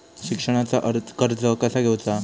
शिक्षणाचा कर्ज कसा घेऊचा हा?